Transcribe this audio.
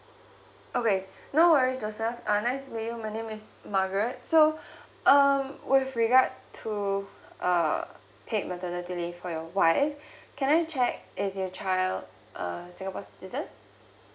okay no worry joseph uh nice to meet you uh my name is margaret so um with regards to uh take maternity leave for your wife can I check is your child uh singapore citizen